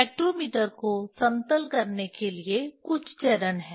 spectrometer को समतल करने के लिए कुछ चरण हैं